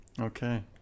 okay